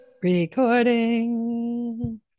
Recording